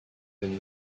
been